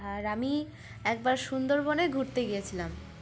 আর আমি একবার সুন্দরবনে ঘুরতে গিয়েছিলাম